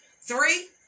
Three